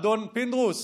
אדון פינדרוס,